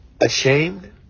ashamed